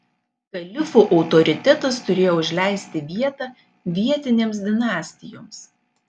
kalifų autoritetas turėjo užleisti vietą vietinėms dinastijoms